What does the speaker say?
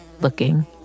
looking